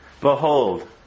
Behold